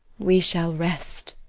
we shall rest.